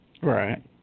Right